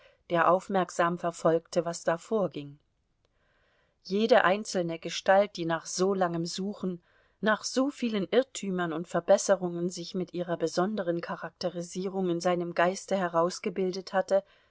der aufmerksam verfolgte was da vorging jede einzelne gestalt die nach so langem suchen nach so vielen irrtümern und verbesserungen sich mit ihrer besonderen charakterisierung in seinem geiste herausgebildet hatte